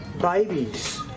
babies